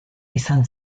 izan